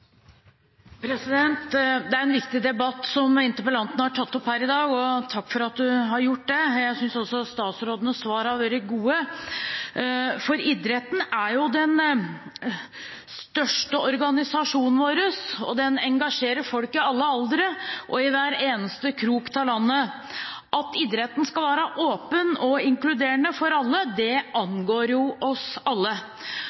en viktig debatt som interpellanten har tatt opp her i dag. Takk til Solhjell for at han har gjort det. Jeg synes også at statsrådenes svar har vært gode. Idretten er jo den største organisasjonen vår, og den engasjerer folk i alle aldre og i hver eneste krok av landet. At idretten skal være åpen og inkluderende, angår oss alle. Derfor var det